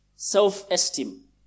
self-esteem